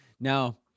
Now